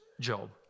Job